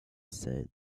said